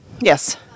Yes